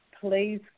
please